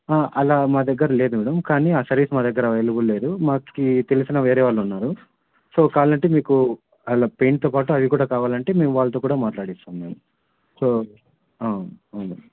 అలా మా దగ్గర లేదు మేడం కానీ ఆ సర్వీస్ మా దగ్గర అవైలబుల్ లేదు మాకు తెలిసిన వేరే వాళ్ళు ఉన్నారు సో కావాలంటే మీకు అలా పెయింట్తో పాటు అవి కూడా కావాలంటే మేము వాళ్ళతో కూడా మాట్లాడిస్తాం మేడం సో అవును